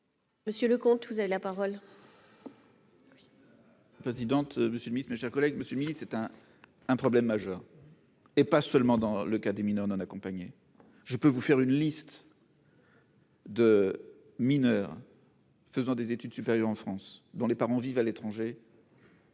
Monsieur le comte, vous avez la parole.